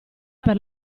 per